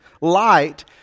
light